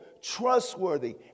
trustworthy